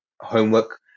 homework